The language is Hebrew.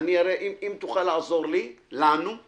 אם תוכל לעזור לנו אני